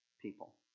people